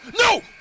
No